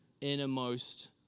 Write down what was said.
innermost